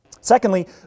Secondly